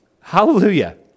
Hallelujah